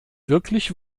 wirklich